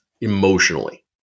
emotionally